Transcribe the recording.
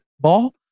ball